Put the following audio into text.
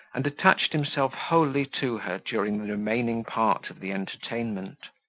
and attached himself wholly to her during the remaining part of the entertainment.